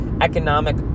economic